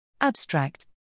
Abstract